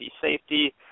safety